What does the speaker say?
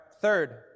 third